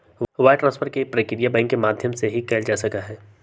wire transfer के प्रक्रिया bank के माध्यम से ही कइल जा सका हई